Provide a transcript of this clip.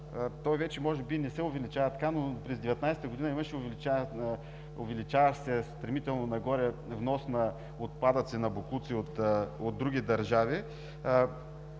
той може би вече не се увеличава така, но през 2019 г. имаше увеличаващ се стремително нагоре внос на отпадъци и на боклуци от други държави.